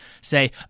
say